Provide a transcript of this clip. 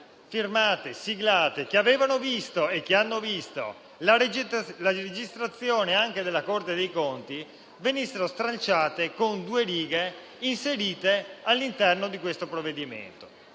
firmate e siglate, che avevano visto e che hanno visto la registrazione della stessa Corte dei conti, venissero stralciate con due righe inserite all'interno di un provvedimento